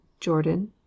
Jordan